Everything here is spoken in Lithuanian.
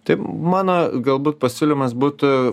tai mano galbūt pasiūlymas būtų